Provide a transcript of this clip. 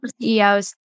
CEOs